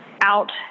out